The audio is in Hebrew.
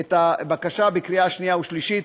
את הבקשה בקריאה שנייה ושלישית.